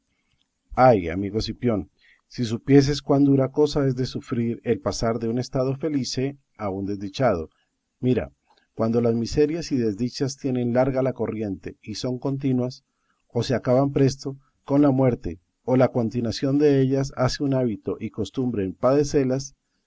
ay amigo cipión si supieses cuán dura cosa es de sufrir el pasar de un estado felice a un desdichado mira cuando las miserias y desdichas tienen larga la corriente y son continuas o se acaban presto con la muerte o la continuación dellas hace un hábito y costumbre en padecellas